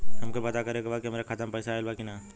हमके पता करे के बा कि हमरे खाता में पैसा ऑइल बा कि ना?